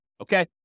Okay